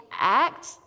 act